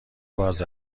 باز